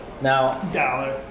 Now